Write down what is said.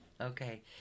okay